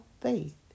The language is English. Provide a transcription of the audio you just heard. faith